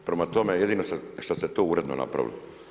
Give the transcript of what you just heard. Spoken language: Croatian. Prema tome, jedino što ste to uredno napravili.